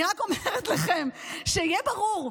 אני רק אומרת לכם, שיהיה ברור: